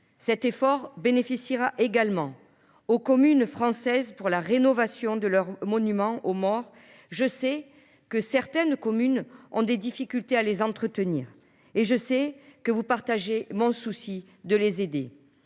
Cet effort bénéficiera également aux communes françaises pour la rénovation de leurs monuments aux morts. Je sais que certaines communes ont des difficultés à les entretenir et que vous partagez mon souci de les aider,